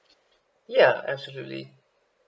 ya absolutely